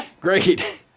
great